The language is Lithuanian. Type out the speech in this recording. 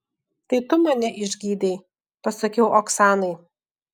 tai tu mane išgydei pasakiau oksanai